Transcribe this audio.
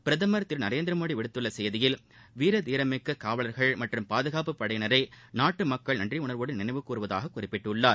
பிரதமர் திரு நரேந்திரமோடி விடுத்துள்ள செய்தியில் வீர தீரமிக்க காவலர்கள் மற்றும் பாதுகாப்புப் படையினரை நாட்டு மக்கள் நன்றி உணர்வோடு நினைவு கூர்வதாக குறிப்பிட்டுள்ளார்